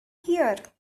here